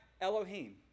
Elohim